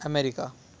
America